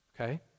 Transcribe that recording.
Okay